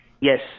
Yes